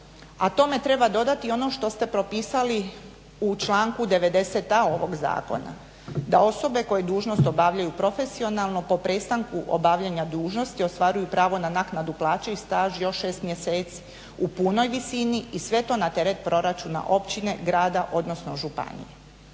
a tome treba dodati ono što ste propisali u članku 90.a ovog zakona, da osobe koje dužnost obavljaju profesionalno po prestanku obavljanja dužnosti ostvaruju pravo na naknadu plaće i staž još 6 mjeseci u punoj visini i sve to na teret proračuna općine, grada, odnosno županije.